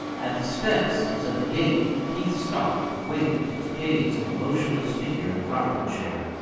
at the steps, as at the gate, keith stopped and waited, his gaze on the motionless figure in the rocking-chair.